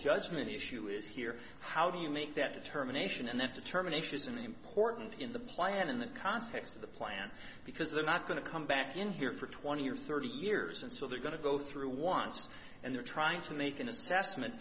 judgment issue is here how do you make that determination and that determination is in the important in the plan in the context of the plan because they're not going to come back in here for twenty or thirty years and so they're going to go through wants and they're trying to make an assessment